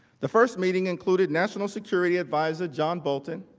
the first meeting included national security advisor john bolton.